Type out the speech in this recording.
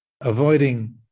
avoiding